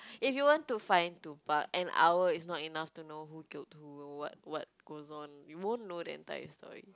if you want to find Tupac an hour is not enough to know who killed who or what what goes on you won't know the entire story